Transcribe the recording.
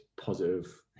positive